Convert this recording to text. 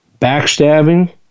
backstabbing